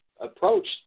approach